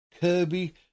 Kirby